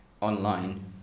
online